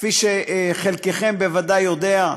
כפי שחלקכם בוודאי יודעים,